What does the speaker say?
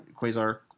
Quasar